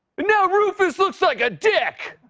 now rufus looks like a dick!